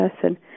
person